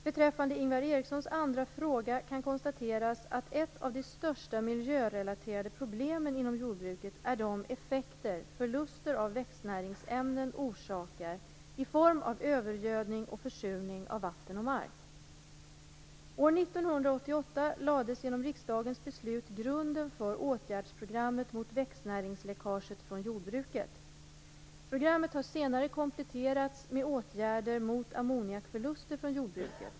Beträffande Ingvar Erikssons andra fråga kan konstateras att ett av de största miljörelaterade problemen inom jordbruket är de effekter som förluster av växtnäringsämnen orsakar i form av övergödning och försurning av vatten och mark. År 1988 lades genom riksdagens beslut grunden för åtgärdsprogrammet mot växtnäringsläckaget från jordbruket. Programmet har senare kompletterats med åtgärder mot ammoniakförluster från jordbruket.